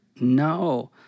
no